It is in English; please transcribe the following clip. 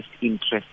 interest